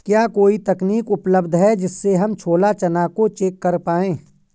क्या कोई तकनीक उपलब्ध है जिससे हम छोला चना को चेक कर पाए?